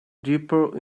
deeper